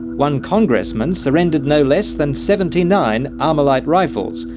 one congressman surrendered no less than seventy nine armalite rifles,